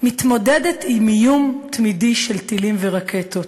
מתמודדת עם איום תמידי של טילים ורקטות.